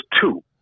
two